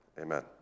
Amen